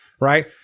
right